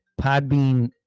Podbean